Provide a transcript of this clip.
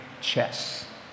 chess